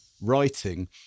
writing